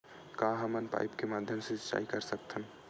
का हमन पाइप के माध्यम से सिंचाई कर सकथन?